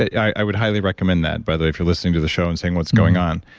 i would highly recommend that, by the way, if you're listening to the show and saying, what's going on?